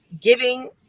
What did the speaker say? giving